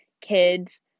kids